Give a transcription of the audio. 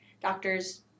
Doctors